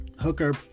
Hooker